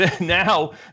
Now